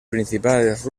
principales